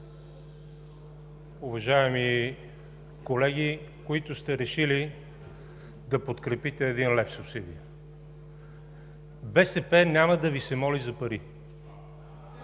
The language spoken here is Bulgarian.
Уважаеми колеги, които сте решили да подкрепите един лев субсидия, БСП няма да Ви се моли за пари!